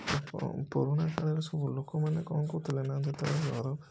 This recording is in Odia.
ପୁରୁଣା କାଳର ସବୁ ଲୋକମାନେ କ'ଣ କରୁଥିଲେ ନା ଯେତେବେଳେ ଧର